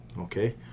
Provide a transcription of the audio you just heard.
Okay